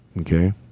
Okay